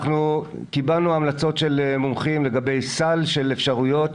קיבלנו המלצות של מומחים לגבי סל של אפשרויות,